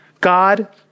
God